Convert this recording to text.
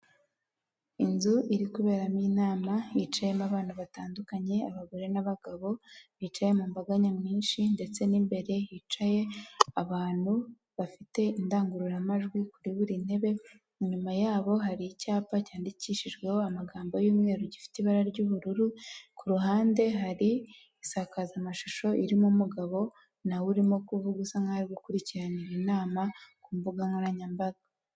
Inzu iri kuberamo inama yicayemo abana batandukanye abagore n'abagabo bicaye mu mbaga nyamwinshi ndetse n'imbere hicaye abantu bafite indangururamajwi kuri buri ntebe inyuma yabo hari icyapa cyandikishijweho amagambo y'umweru gifite ibara ry'ubururu ku ruhande hari isakazamashusho irimo umugabo nawe urimo kuvuga ubusa nkahoyo gukurikiranira inama ku mbuga nkoranyambaga.